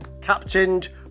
captained